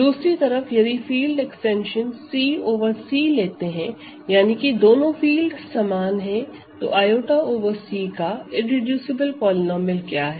दूसरी तरफ यदि field extension C over C लेते हैं यानी कि दोनों फील्ड समान है तो i ओवर C का इररेडूसिबल पॉलीनोमिअल क्या है